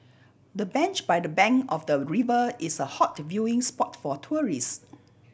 the bench by the bank of the river is a hot viewing spot for tourists